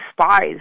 spies